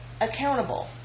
accountable